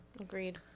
Agreed